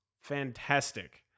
fantastic